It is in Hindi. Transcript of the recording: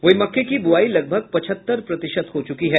वहीं मक्के की बुआई लगभग पचहत्तर प्रतिशत हो चुकी है